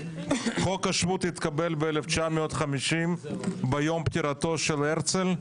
חוק השבות התקבל ב-1950 ביום פטירתו של הרצל,